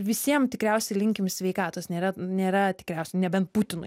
visiem tikriausiai linkim sveikatos nėra nėra tikriausiai nebent putinui